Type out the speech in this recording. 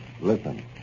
Listen